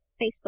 Facebook